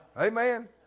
Amen